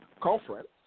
conference